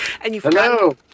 Hello